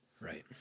Right